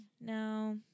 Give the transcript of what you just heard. No